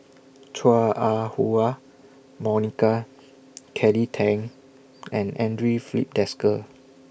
Chua Ah Huwa Monica Kelly Tang and Andre Filipe Desker